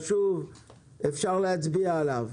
אפשר להצביע עליו.